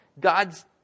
God's